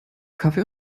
kaffee